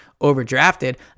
overdrafted